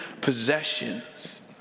possessions